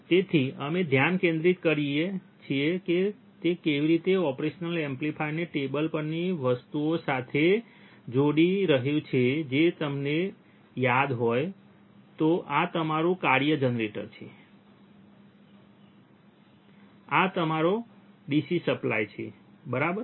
તેથી હવે અમે ધ્યાન કેન્દ્રિત કરીએ છીએ કે તે કેવી રીતે ઓપરેશનલ એમ્પ્લીફાયરને ટેબલ પરની વસ્તુઓ સાથે જોડી રહ્યું છે જે જો તમને યાદ હોય તો આ તમારું કાર્ય જનરેટર શું છે આ તમારો DC સપ્લાય છે બરાબર